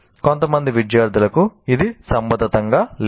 కొంతమంది విద్యార్థులకు ఇది సంబంధితంగా లేదు